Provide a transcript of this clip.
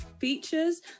features